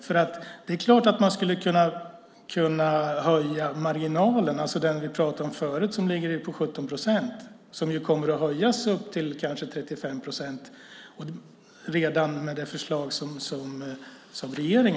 Det är ju klart att man skulle kunna höja marginalen, alltså den ni pratade om förut som ligger på 17 procent. Den kommer att höjas upp till kanske 35 procent redan med regeringens förslag.